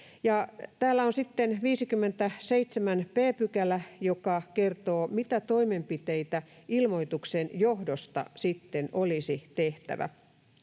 täällä on sitten 57 b §, joka kertoo, mitä toimenpiteitä ilmoituksen johdosta sitten olisi tehtävä.